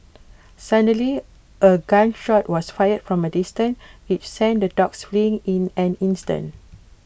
suddenly A gun shot was fired from A distance which sent the dogs fleeing in an instant